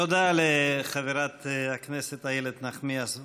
תודה לחברת הכנסת איילת נחמיאס ורבין.